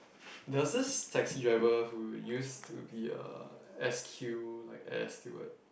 there was this taxi driver who used to be a s_q like air steward